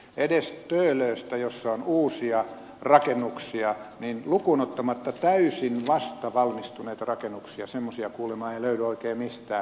edes töölöstä jossa on uusia rakennuksia niin lukuun ottamatta täysin vastavalmistuneita rakennuksia semmoisia kuulemma ei löydy oikein mistään